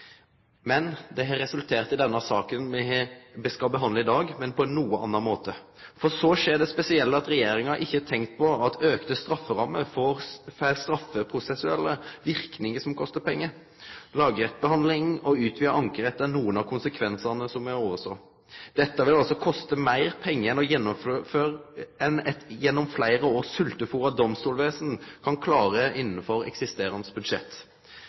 men det har resultert i saka me behandlar i dag, men på ein noko annan måte. Men så skjer det spesielle at regjeringa ikkje har tenkt på at auka strafferammer får straffeprosessuelle verknader som kostar pengar. Lagrettebehandling og utvida ankerett er nokre av konsekvensane som ein oversåg. Dette vil altså koste meir pengar enn det eit gjennom fleire år sveltefôra domstolvesen kan klare innanfor eksisterande budsjett.